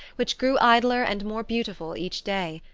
which grew idler and more beautiful each day.